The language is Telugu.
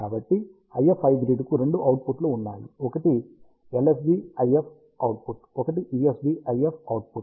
కాబట్టి IF హైబ్రిడ్కు రెండు అవుట్పుట్లు ఉన్నాయి ఒకటి LSB IF అవుట్పుట్ ఒకటి USB IF అవుట్పుట్